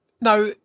Now